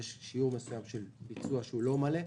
יש שיעור מסוים של ביצוע שהוא לא מלא.